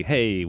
Hey